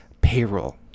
payroll